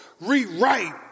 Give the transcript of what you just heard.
rewrite